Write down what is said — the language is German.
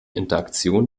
interaktion